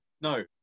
No